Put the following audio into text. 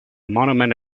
monument